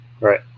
Right